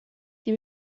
die